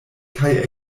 kaj